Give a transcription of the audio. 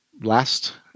last